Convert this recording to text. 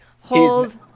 hold